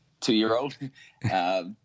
two-year-old